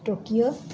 Tokyo